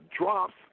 drops